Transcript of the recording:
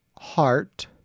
heart